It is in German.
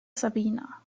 sabina